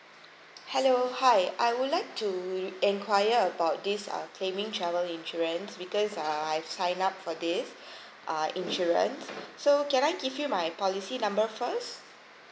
hello hi I would like to enquire about this uh claiming travel insurance because uh I've signed up for this uh insurance so can I give you my policy number first